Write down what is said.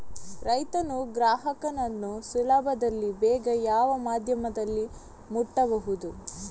ರೈತನು ಗ್ರಾಹಕನನ್ನು ಸುಲಭದಲ್ಲಿ ಬೇಗ ಯಾವ ಮಾಧ್ಯಮದಲ್ಲಿ ಮುಟ್ಟಬಹುದು?